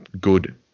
good